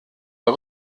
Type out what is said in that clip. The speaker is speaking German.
der